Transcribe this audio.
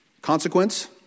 consequence